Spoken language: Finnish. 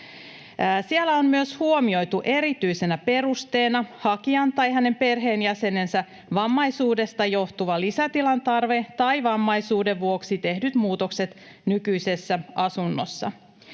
Siellä on myös huomioitu erityisenä perusteena hakijan tai hänen perheenjäsenensä vammaisuudesta johtuva lisätilan tarve tai vammaisuuden vuoksi tehdyt muutokset nykyisessä asunnossa.